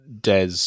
Des